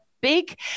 big